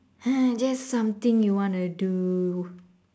just something you want to do